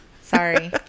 Sorry